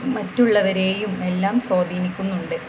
മറ്റുള്ളവരേയും എല്ലാം സ്വാധീനിക്കുന്നുണ്ട്